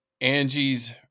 Angie's